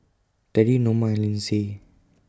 Terry Noma and Lindsey